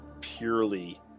purely